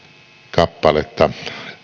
kappaletta